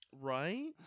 Right